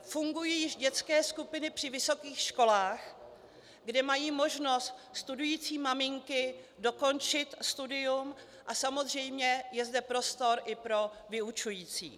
Fungují již dětské skupiny při vysokých školách, kde mají možnost studující maminky dokončit studium, a samozřejmě je zde prostor i pro vyučující.